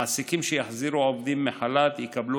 מעסיקים שיחזירו עובדים מחל"ת יקבלו